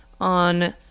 on